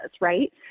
Right